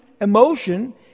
emotion